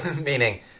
meaning